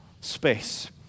space